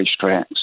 racetracks